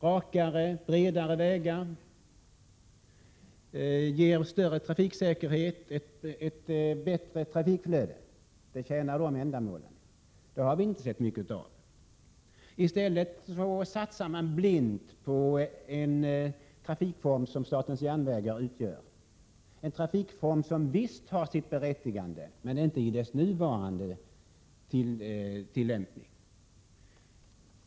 Rakare, bredare vägar ger större trafiksäkerhet och ett bättre trafikflöde — det tjänar dessa ändamål. Det har vi emellertid inte sett mycket av. I stället satsar man blint på den trafikform som statens järnvägar utgör, en trafikform som visst har sitt berättigande, men inte i dess nuvarande tillämpning.